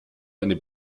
eine